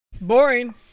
Boring